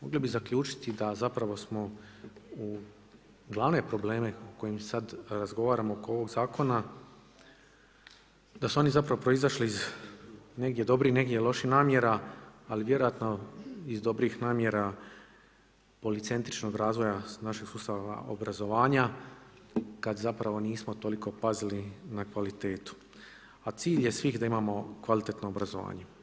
Mogli bi zaključiti da zapravo smo u glavne probleme, koje sad razgovaramo oko ovog zakona, da su oni zapravo proizašli, iz negdje dobrih, negdje loših namjera, ali vjerojatno iz dobrih namjera, policentričnog razvoja, našeg sustava obrazovanja, kad zapravo nismo toliko pazili na kvalitetu, a cilj je svih da imamo kvalitetno obrazovanje.